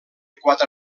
quatre